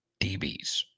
DBs